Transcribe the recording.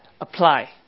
apply